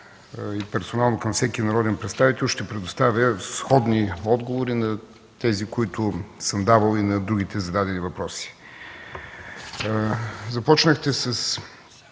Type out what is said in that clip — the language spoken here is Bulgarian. и персонално към всеки народен представител, ще предоставя сходни отговори на тези, които съм давал и на другите зададени въпроси. Започнахте с